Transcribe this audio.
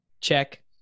check